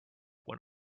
when